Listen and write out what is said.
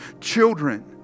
Children